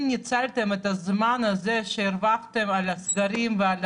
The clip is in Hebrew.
האם ניצלתם את הזמן הזה שהרווחתם על הסגרים ועל